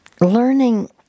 learning